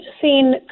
seen